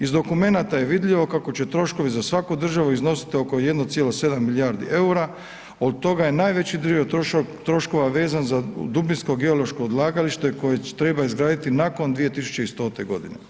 Iz dokumenata je vidljivo kako će troškovi za svaku državu iznositi oko 1,7 milijardi eura, od toga je najveći dio troškova vezan za dubinsko geološko odlagalište koje treba izgraditi nakon 2100. godine.